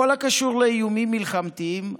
בכל הקשור לאיומים מלחמתיים,